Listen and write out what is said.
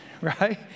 right